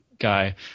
guy